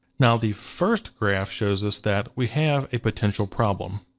now the first graph shows us that we have a potential problem.